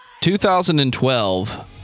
2012